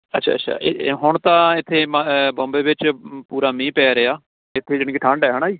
ਅੱਛਾ ਅੱਛਾ ਇਹ ਇਹ ਹੁਣ ਤਾਂ ਇੱਥੇ ਮ ਬੰਬੇ ਵਿੱਚ ਪੂਰਾ ਮੀਂਹ ਪੈ ਰਿਹਾ ਇੱਥੇ ਜਾਣੀ ਕਿ ਠੰਡ ਹੈ ਹੈ ਨਾ ਜੀ